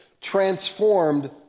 transformed